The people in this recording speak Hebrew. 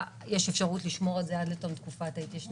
יש אפשרות לשמור את זה עד לתום תקופת ההתיישנות,